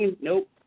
nope